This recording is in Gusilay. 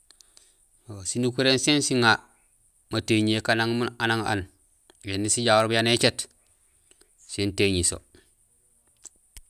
Sinukuréén sin siŋa matéñiyé kanang miin aan, éni sijahoor yanuur écéét, sin téñi so.